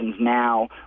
now